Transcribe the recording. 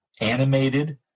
animated